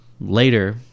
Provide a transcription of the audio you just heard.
later